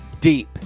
deep